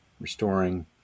restoring